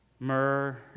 Myrrh